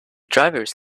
drivers